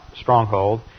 stronghold